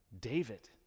David